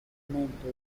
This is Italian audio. movimento